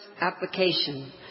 application